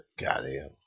Goddamn